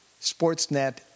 Sportsnet